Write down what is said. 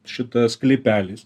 šitą sklypeliais